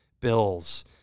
bills